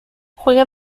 juega